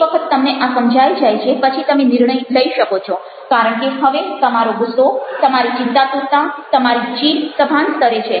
એક વખત તમને આ સમજાય જાય છે પછી તમે નિર્ણય લઈ શકો છો કારણ કે હવે તમારો ગુસ્સો તમારી ચિંતાતુરતા તમારી ચીડ સભાન સ્તરે છે